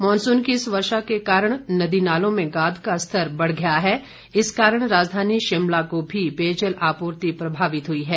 monsoon की इस वर्षा के कारण नदी नालों में गाद का स्तर बढ़ गया है इस कारण राजधानी शिमला को भी पेयजल आपूर्ति प्रभावित हुई है